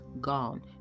gone